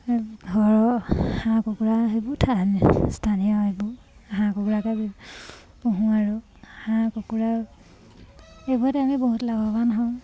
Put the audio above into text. ঘৰৰ হাঁহ কুকুৰা সেইবোৰ স্থানীয় এইবোৰ হাঁহ কুকুৰাকে পুহোঁ আৰু হাঁহ কুকুৰা এইবোৰত আমি বহুত লাভৱান হওঁ